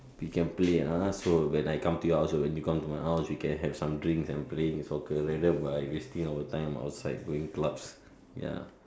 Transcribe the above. we can play ah so when I come to your house or when you come to my house we can have some drinks and playing soccer rather by wasting our time outside going clubs ya